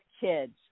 kids